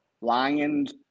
Lions